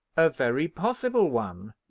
a very possible one,